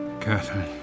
Catherine